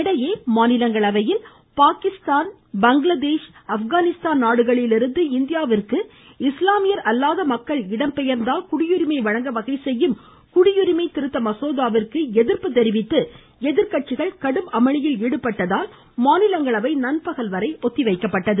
இதனிடையே பாகிஸ்தான் பங்களாதேஷ் ஆப்கானிஸ்தான் நாடுகளிலிருந்து இந்தியாவிற்கு இஸ்லாமியர் அல்லாத மக்கள் இடம்பெயர்ந்தால் குடியுரிமை வழங்க வகை செய்யும் குடியுரிமை திருத்த மசோதாவிற்கு எதிர்ப்பு தெரிவித்து எதிர்கட்சிகள் கடும் அமளியில் ஈடுபட்டதால் மாநிலங்களவை நன்பகல்வரை ஒத்திவைக்கப்பட்டது